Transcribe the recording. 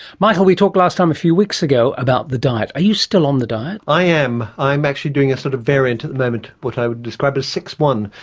michael, we talked last time a few weeks ago about the diet. are you still on the diet? i am, i'm actually doing a sort of and moment, what i would describe as six one,